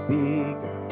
bigger